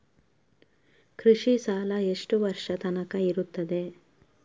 ಕೃಷಿ ಸಾಲ ಎಷ್ಟು ವರ್ಷ ತನಕ ಇರುತ್ತದೆ?